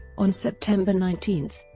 on september nineteen,